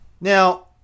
Now